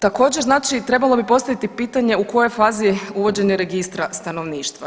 Također znači trebalo bi postaviti pitanje u kojoj je fazi uvođenje registra stanovništva.